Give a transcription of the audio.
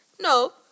no